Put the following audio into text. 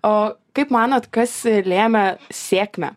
o kaip manot kas lėmė sėkmę